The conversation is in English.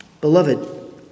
Beloved